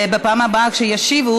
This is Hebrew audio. בפעם הבאה שישיבו,